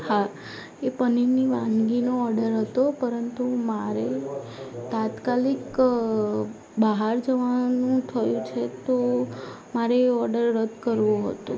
હા એ પનીરની વાનગીનો ઓડર હતો પરંતુ મારે તાત્કાલિક બહાર જવાનું થયું છે તો મારે એ ઓડર રદ કરવો હતો